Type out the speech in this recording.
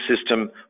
system